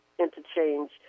interchange